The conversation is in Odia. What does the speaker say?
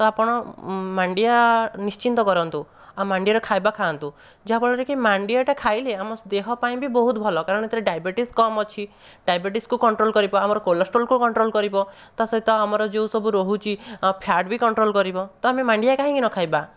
ତ ଆପଣ ମାଣ୍ଡିଆ ନିଶ୍ଚିତ କରନ୍ତୁ ଆଉ ମାଣ୍ଡିଆର ଖାଇବା ଖାଆନ୍ତୁ ଯାହା ଫଳରେ କି ମାଣ୍ଡିଆଟା ଖାଇଲେ ଆମ ଦେହ ପାଇଁ ବି ବହୁତ ଭଲ କାରଣ ଏଥିରେ ଡାଇବେଟିସ କମ୍ ଅଛି ଡାଇବେଟିସକୁ କଣ୍ଟ୍ରୋଲ କରିବ ଆମର କୋଲେଷ୍ଟରଲକୁ କଣ୍ଟ୍ରୋଲ କରିବ ତା' ସହିତ ଆମର ଯେଉଁ ସବୁ ରହୁଛି ଫ୍ୟାଟ ବି କଣ୍ଟ୍ରୋଲ କରିବ ତ ଆମେ ମାଣ୍ଡିଆ କାହିଁକି ନ ଖାଇବା